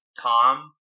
Tom